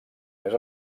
més